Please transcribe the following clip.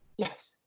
Yes